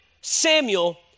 Samuel